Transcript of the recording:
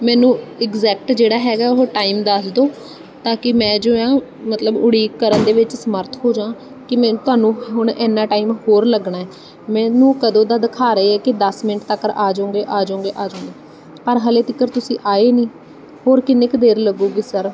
ਮੈਨੂੰ ਇਗਜ਼ੈਕਟ ਜਿਹੜਾ ਹੈਗਾ ਉਹ ਟਾਈਮ ਦੱਸ ਦਿਓ ਤਾਂ ਕਿ ਮੈਂ ਜੋ ਆ ਮਤਲਬ ਉਡੀਕ ਕਰਨ ਦੇ ਵਿੱਚ ਸਮਰਥ ਹੋਜਾਂ ਕਿ ਮੈਨੂੰ ਤੁਹਾਨੂੰ ਹੁਣ ਇੰਨਾ ਟਾਈਮ ਹੋਰ ਲੱਗਣਾ ਮੈਨੂੰ ਕਦੋਂ ਦਾ ਦਿਖਾ ਰਹੇ ਹੈ ਕਿ ਦਸ ਮਿੰਟ ਤੱਕ ਆਜੋਗੇ ਆਜੋਗੇ ਆਜੋਗੇ ਪਰ ਹਾਲੇ ਤੱਕ ਤੁਸੀਂ ਆਏ ਨਹੀਂ ਹੋਰ ਕਿੰਨੇ ਕੁ ਦੇਰ ਲੱਗੇਗੀ ਸਰ